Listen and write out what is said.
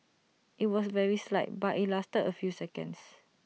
IT was very slight but IT lasted A few seconds